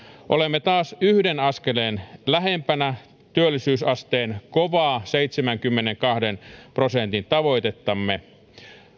olemme taas yhden askeleen lähempänä työllisyysasteen kovaa seitsemänkymmenenkahden prosentin tavoitettamme